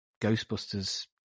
Ghostbusters